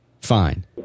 fine